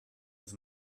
his